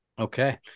Okay